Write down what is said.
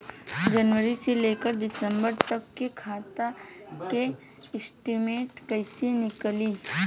जनवरी से लेकर दिसंबर तक के खाता के स्टेटमेंट कइसे निकलि?